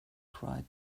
cried